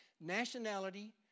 Nationality